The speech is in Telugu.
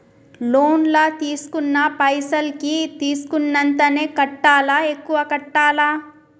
లోన్ లా తీస్కున్న పైసల్ కి తీస్కున్నంతనే కట్టాలా? ఎక్కువ కట్టాలా?